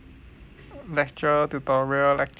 lecture tutorial lecture